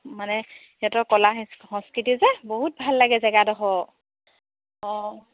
মানে সিহঁতৰ কলা সংস্কৃতি যে বহুত ভাল লাগে জেগাডোখৰ অঁ